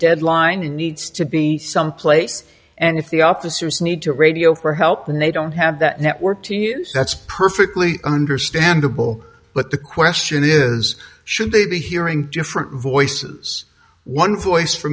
deadline and needs to be someplace and if the officers need to radio for help and they don't have that network to use that's perfectly understandable but the question is should they be hearing different voices one voice f